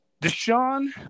Deshaun